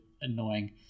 annoying